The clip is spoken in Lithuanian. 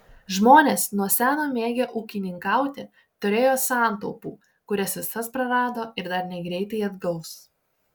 žmonės nuo seno mėgę ūkininkauti turėjo santaupų kurias visas prarado ir dar negreitai atgaus